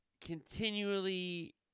Continually